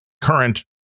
current